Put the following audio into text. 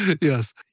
Yes